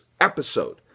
episode